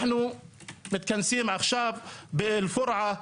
אנו מתכנסים עכשיו באל פורעא.